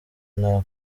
nta